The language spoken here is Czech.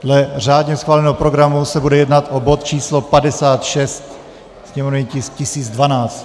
Dle řádně schváleného programu se bude jednat o bod číslo 56, sněmovní tisk 1012.